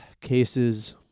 Cases